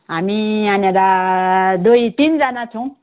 हामी यहाँनेर दुई तिनजाना छौँ